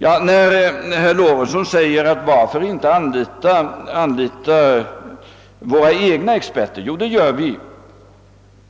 Herr Lorentzon undrade varför vi inte anlitar våra egna experter. Jo, det gör vi